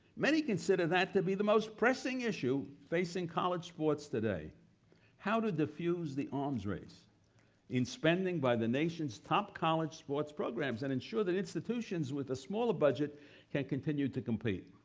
many consider that to be the most pressing issue facing college sports today how to defuse the arms race in spending by the nation's top college sport programs and ensure that institutions with a smaller budget can continue to compete.